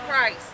Christ